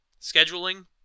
Scheduling